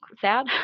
sad